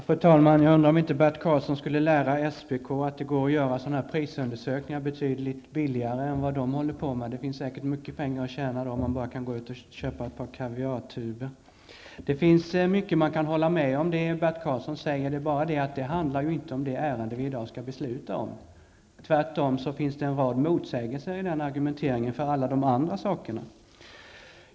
Herr talman! Jag undrar om inte Bert Karlsson skulle lära SPK att det går att göra prisundersökningar betydligt billigare än vad man gör där. Det finns säkert mycket pengar att tjäna om man i stället bara kan gå ut och köpa ett par kaviartuber. Det finns mycket man kan hålla med om i det Bert Karlsson säger. Men det handlar då inte om det ärende som vi i dag skall besluta om. Det finns tvärtom en rad motsägelser i hans argumentering i den frågan. Fru talman!